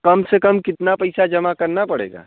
कम से कम कितना पैसा जमा करना पड़ेगा